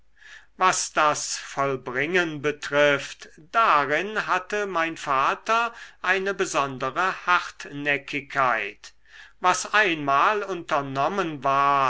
was das vollbringen betrifft darin hatte mein vater eine besondere hartnäckigkeit was einmal unternommen ward